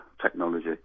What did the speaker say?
technology